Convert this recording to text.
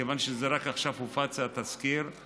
כיוון שזה רק עכשיו הופץ, התזכיר.